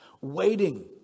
Waiting